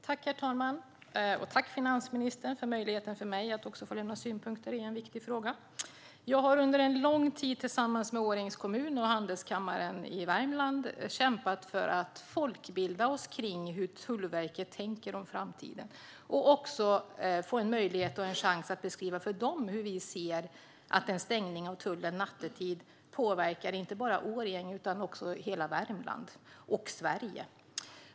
Herr talman! Jag vill tacka finansministern för möjligheten att lämna synpunkter i en viktig fråga. Jag, Årjängs kommun och Handelskammaren Värmland har under lång tid försökt folkbilda oss om hur Tullverket tänker om framtiden. Vi har också kämpat för att få möjlighet att beskriva för dem hur en stängning av tullen nattetid påverkar inte bara Årjäng utan hela Värmland och Sverige.